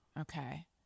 Okay